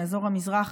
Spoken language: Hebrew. מאזור המזרח,